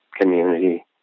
community